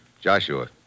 Joshua